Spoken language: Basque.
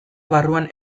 barruan